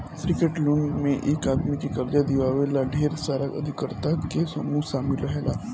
syndicate loan में एक आदमी के कर्जा दिवावे ला ढेर सारा उधारकर्ता के समूह शामिल रहेला